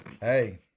hey